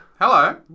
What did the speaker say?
Hello